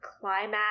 climax